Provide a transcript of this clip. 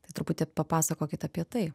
truputį papasakokit apie tai